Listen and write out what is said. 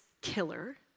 killer